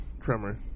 Tremor